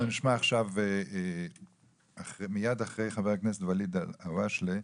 אנחנו נשמע עכשיו מיד אחרי חבר הכנסת ואליד אל הואשלה,